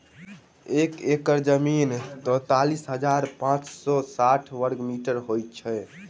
एक एकड़ जमीन तैँतालिस हजार पाँच सौ साठि वर्गफीट होइ छै